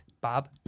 Bob